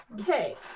Okay